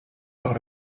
par